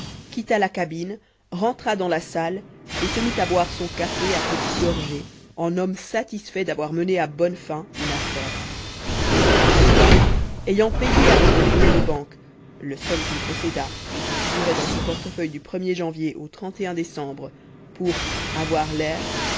quitta la cabine rentra dans la salle et se mit à boire son café à petites gorgées en homme satisfait d'avoir mené à bonne fin une affaire après quoi ayant payé avec un billet de banque le seul qu'il possédât et qui figurait dans son portefeuille du er janvier au décembre pour avoir l'air